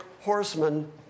horsemen